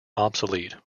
obsolete